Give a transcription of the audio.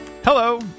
Hello